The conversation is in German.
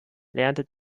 lernte